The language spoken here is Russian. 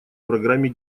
программе